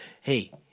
hey